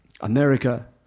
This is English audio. America